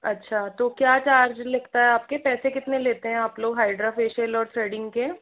अच्छा तो क्या चार्ज लगता है आपके पैसे कितने लेते हैं आप लोग हाइड्रा फेशियल और थ्रेडिंग के